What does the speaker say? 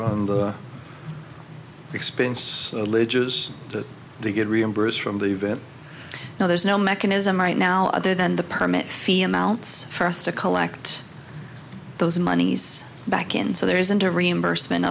on the expense alleges that they get reimbursed from the event now there's no mechanism right now other than the permit feel amounts for us to collect those monies back in so there isn't a reimbursement